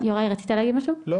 אנחנו